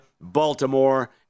Baltimore